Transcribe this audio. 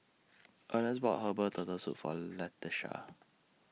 Earnest bought Herbal Turtle Soup For Latesha